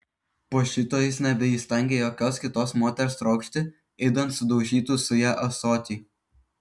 po šito jis nebeįstengė jokios kitos moters trokšti idant sudaužytų su ja ąsotį